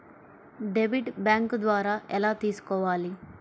Debit bank ద్వారా ఎలా తీసుకోవాలి?